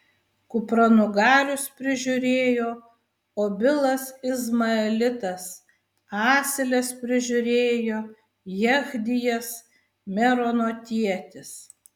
kupranugarius prižiūrėjo obilas izmaelitas asiles prižiūrėjo jechdijas meronotietis